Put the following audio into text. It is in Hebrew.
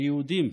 היהודים.